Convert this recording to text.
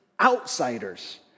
outsiders